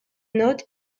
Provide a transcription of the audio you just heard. not